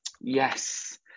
Yes